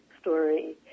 story